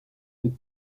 cette